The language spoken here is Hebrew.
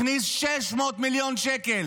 הכניס 600 מיליון שקל.